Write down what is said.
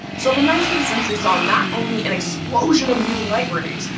so the nineteenth century saw not only an explosion of new libraries,